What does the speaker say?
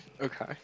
Okay